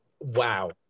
Wow